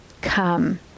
come